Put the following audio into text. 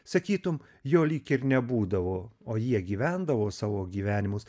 sakytumei jo lyg ir nebūdavo o jie gyvendavo savo gyvenimus